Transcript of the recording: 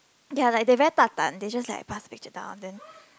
ya they like very 大胆 they just passed the picture down then